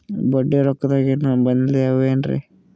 ಬಡ್ಡಿ ರೊಕ್ಕದಾಗೇನರ ಬದ್ಲೀ ಅವೇನ್ರಿ?